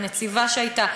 הנציבה שהייתה,